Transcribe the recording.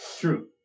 true